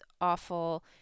awful